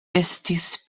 estis